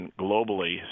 globally